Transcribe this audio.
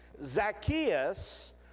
Zacchaeus